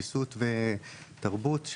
ויסות ותרבות,